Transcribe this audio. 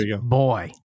Boy